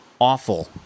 awful